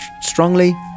Strongly